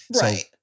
Right